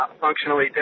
functionally